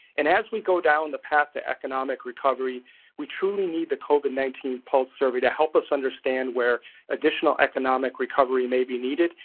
and as we go down the path to economic recovery we truly need the covid nineteen pulse survey to help us understand where additional economic recovery may be needed.